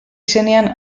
zenean